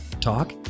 talk